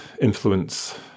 influence